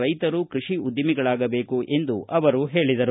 ರೈತರು ಕೃಷಿ ಉದ್ಭಮಿಗಳಾಗಬೇಕು ಎಂದು ಹೇಳಿದರು